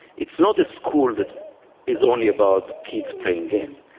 it's not a school that is only about kids playing games.